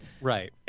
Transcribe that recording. right